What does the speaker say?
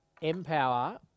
empower